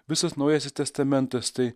visas naujasis testamentas tai